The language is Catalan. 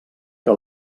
que